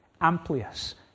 Amplius